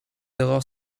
erreurs